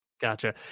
Gotcha